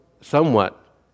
somewhat